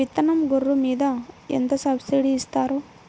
విత్తనం గొర్రు మీద ఎంత సబ్సిడీ ఇస్తారు?